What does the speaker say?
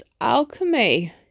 alchemy